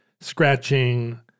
scratching